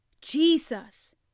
Jesus